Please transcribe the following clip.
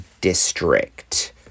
District